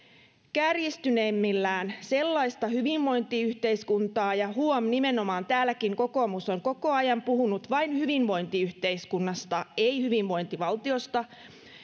kärjistyneimmillään sellaista hyvinvointiyhteiskuntaa ja huom nimenomaan täälläkin kokoomus on koko ajan puhunut vain hyvinvointiyhteiskunnasta ei hyvinvointivaltiosta